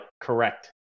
correct